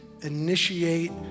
initiate